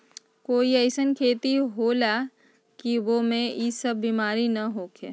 कोई अईसन खेती होला की वो में ई सब बीमारी न होखे?